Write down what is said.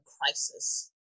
crisis